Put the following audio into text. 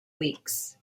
weeks